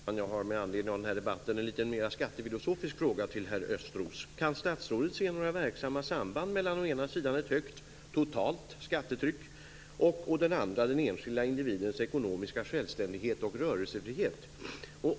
Fru talman! Jag har med anledning av den här debatten en litet mer skattefilosofisk fråga till herr Östros. Kan statsrådet se några verksamma samband mellan å ena sida ett högt totalt skattetryck och å den andra den enskilda individens ekonomiska självständighet och rörelsefrihet?